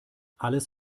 alles